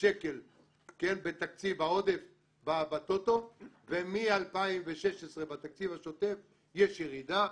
שקל בתקציב העודף בטוטו ומ-2016 בתקציב השוטף יש ירידה,